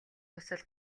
дусал